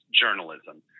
journalism